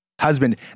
husband